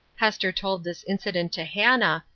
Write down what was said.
hester told this incident to hannah,